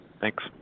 Thanks